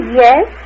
yes